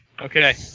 Okay